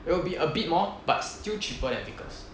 it will be a bit more but still cheaper than vickers